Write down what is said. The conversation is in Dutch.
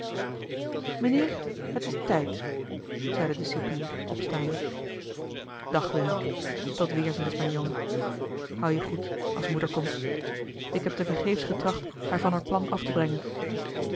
mijnheer het is tijd zeide de cipier opstaande dag willem tot weerziens mijn jongen houd je goed als moeder komt ik heb tevergeefs getracht haar van haar plan af te brengen